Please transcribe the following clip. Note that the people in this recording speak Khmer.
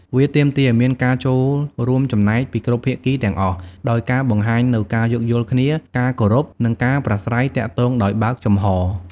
វាទាមទារឱ្យមានការចូលរួមចំណែកពីគ្រប់ភាគីទាំងអស់ ដោយការបង្ហាញនូវ ការយោគយល់គ្នា ការគោរព និងការប្រាស្រ័យទាក់ទងដោយបើកចំហរ។